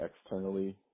externally